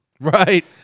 Right